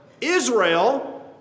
Israel